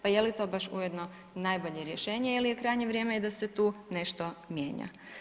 Pa je li to baš ujedno najbolje rješenje ili je krajnje vrijeme i da se tu nešto mijenja.